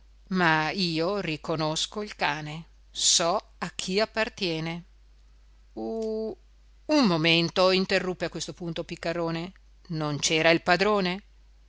ma io riconosco il cane so a chi appartiene u un momento interruppe a questo punto piccarone non c'era il padrone